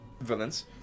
villains